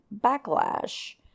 backlash